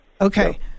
Okay